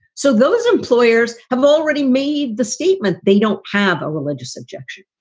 so those employers have already made the statement. they don't have a religious objection.